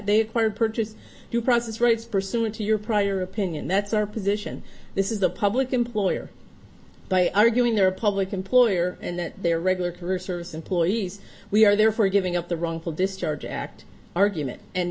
they acquired purchase due process rights pursuant to your prior opinion that's our position this is the public employer by arguing their public employer and that they are regular career service employees we are therefore giving up the wrongful discharge act argument and